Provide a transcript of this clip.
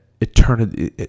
eternity